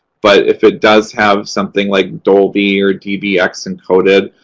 but if it does have something like dolby or dbx encoded,